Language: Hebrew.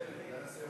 (תאגידים לניהול משותף של זכויות יוצרים),